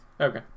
Okay